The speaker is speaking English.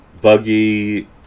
Buggy